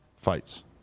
fights